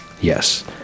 Yes